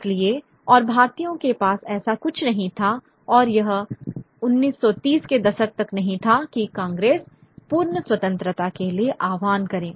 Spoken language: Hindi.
इसलिए और भारतीयों के पास ऐसा कुछ नहीं था और यह 1930 के दशक तक नहीं था कि कांग्रेस पूर्ण स्वतंत्रता के लिए आह्वान करें